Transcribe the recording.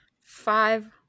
Five